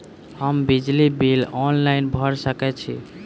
हम बिजली bill online भैर सकै छी?